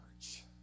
church